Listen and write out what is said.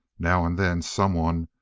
now and then someone,